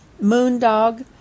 Moondog